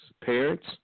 Parents